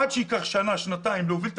עד שיעברו שנה-שנתיים כדי להוביל את